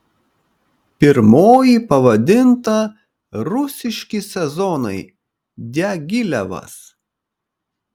pirmoji pavadinta rusiški sezonai diagilevas